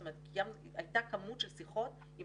מצאנו שהייתה כמות של שיחות פי 5.5